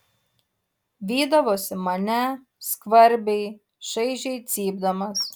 vydavosi mane skvarbiai šaižiai cypdamas